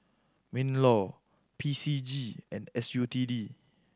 MinLaw P C G and S U T D